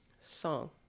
Song